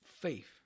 faith